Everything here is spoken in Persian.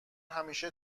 همیشه